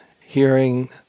hearing